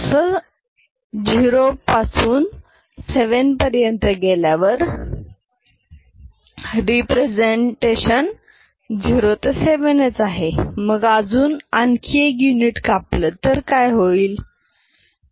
असं 0 पासून 7 पर्यंत गेल्यावर रेप्रेसेंटेशन 0 ते 7 च आहे मग अजून आणखी 1 युनिट अंतर कापलं तर काय होईल